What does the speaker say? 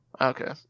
Okay